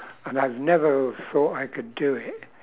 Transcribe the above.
and I've never thought I could do it